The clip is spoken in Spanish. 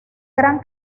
gran